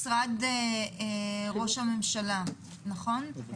משרד ראש הממשלה, נכון?